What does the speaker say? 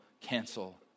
cancel